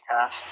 tough